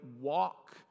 walk